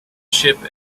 ship